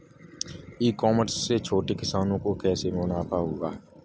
ई commerce से छोटे किसानों को कैसे मुनाफा होगा?